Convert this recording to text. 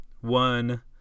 one